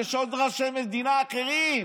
יש ראשי מדינה אחרים.